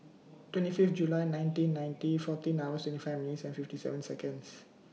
twenty Fifth July nineteen ninety fourteen hours twenty five minutes and fifty seven Seconds